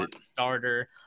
starter